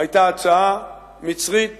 היתה הצעה מצרית